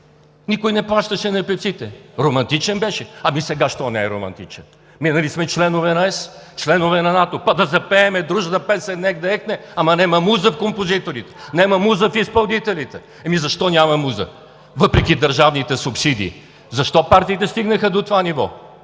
никой не плащаше на певците. Романтичен беше. Ами сега защо не е романтичен? Нали сме членове на ЕС, членове на НАТО? Па да запеем „Дружна песен нек да екне“, ама няма муза в композиторите! Няма муза в изпълнителите! Защо няма муза въпреки държавните субсидии? Защо партиите стигнаха до това ниво?